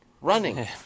running